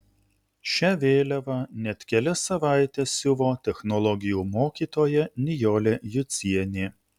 šią vėliavą net kelias savaites siuvo technologijų mokytoja nijolė jucienė